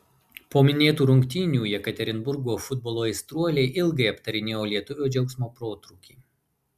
po minėtų rungtynių jekaterinburgo futbolo aistruoliai ilgai aptarinėjo lietuvio džiaugsmo protrūkį